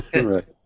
Right